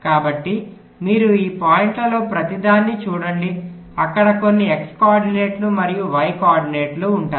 కాబట్టి మీరు ఈ పాయింట్లలో ప్రతిదాన్ని చూడండి అక్కడ కొన్ని x కోఆర్డినేట్లు మరియు y కోఆర్డినేట్లు ఉంటాయి